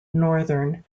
northern